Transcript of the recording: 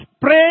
pray